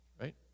right